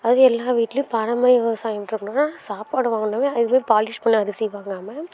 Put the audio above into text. அது எல்லா வீட்லையும் பாரம்பரிய விவசாயின்றவங்க சாப்பாடு வாங்கணுனாவே அதை போய் பாலிஷ் பண்ண அரிசி வாங்காமல்